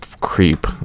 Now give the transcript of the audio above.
creep